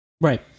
Right